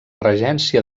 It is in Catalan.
regència